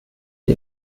die